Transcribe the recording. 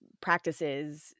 practices